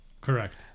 Correct